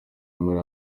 muri